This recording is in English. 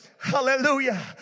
Hallelujah